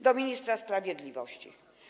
Do ministra sprawiedliwości.